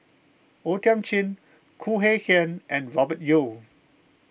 O Thiam Chin Khoo Kay Hian and Robert Yeo